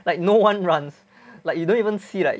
like no one runs like you don't even see like